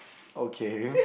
okay